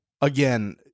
Again